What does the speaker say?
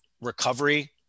recovery